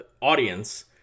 audience